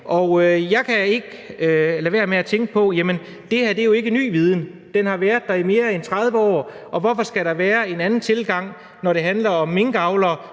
jeg kan ikke lade være med at tænke på, at det her jo ikke er ny viden. Den har jo været der i mere end 30 år, og hvorfor skal der være en anden tilgang, når det handler om minkavlere,